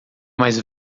mais